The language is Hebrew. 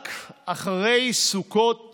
רק אחרי סוכות